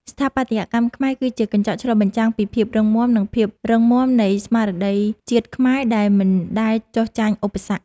ស្ថាបត្យកម្មខ្មែរគឺជាកញ្ចក់ឆ្លុះបញ្ចាំងពីភាពរុងរឿង និង ភាពរឹងមាំនៃស្មារតីជាតិខ្មែរដែលមិនដែលចុះចាញ់ឧបសគ្គ។